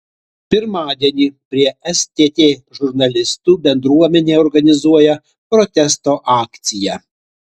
pirmadienį prie stt žurnalistų bendruomenė organizuoja protesto akciją